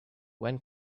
when